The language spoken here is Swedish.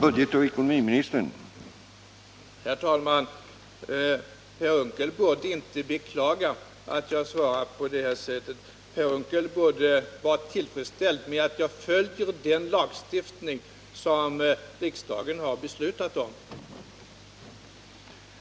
Han borde i stället vara tillfredsställd med att jag följer den lagstiftning som riksdagen har beslutat om.